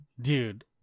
dude